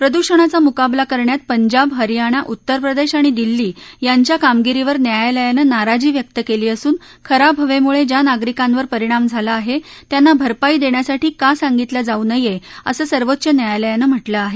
प्रदूषणाचा मुकाबला करण्यात पंजाब हरियाणा उत्तरप्रदेश आणि दिल्लीच्या कामगिरीवर न्यायालयानं नाराजी व्यक्त केली असून खराब हवेमुळे ज्या नागरिकांवर परिणाम झाला आहे त्यांना भरपाई देण्यासाठी का सांगितलं जाऊ नये असं सर्वोच्च न्यायालयानं म्हत्रिं आहे